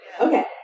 Okay